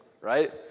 right